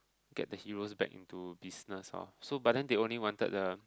get the heros back into business lor so but then they wanted the